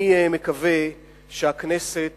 אני מקווה שהכנסת